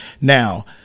Now